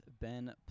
Ben